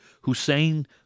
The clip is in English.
Hussein